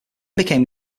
became